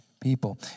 people